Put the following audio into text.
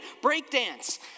breakdance